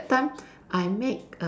that time I make err